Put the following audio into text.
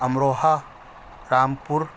Amroha Rampur